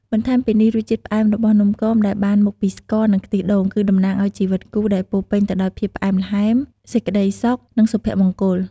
បន្ថែមពីនេះ រសជាតិ ផ្អែមរបស់នំគមដែលបានមកពីស្ករ និងខ្ទិះដូង គឺតំណាងឲ្យជីវិតគូដែលពោរពេញទៅដោយភាពផ្អែមល្ហែម សេចក្ដីសុខ និងសុភមង្គល។